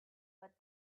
but